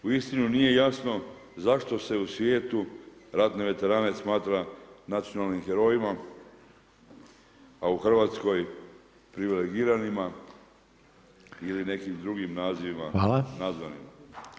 Uistinu nije jasno zašto se u svijetu ratne veterane smatra nacionalnim herojima a u Hrvatskoj privilegiranima ili nekim drugim nazivima nazvanima.